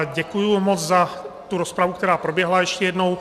Děkuji moc za tu rozpravu, která proběhla, ještě jednou.